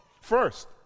First